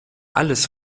alles